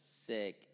Sick